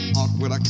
awkward